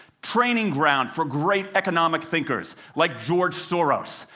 training ground for great economic thinkers like george soros,